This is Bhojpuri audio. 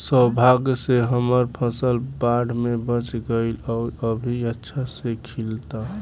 सौभाग्य से हमर फसल बाढ़ में बच गइल आउर अभी अच्छा से खिलता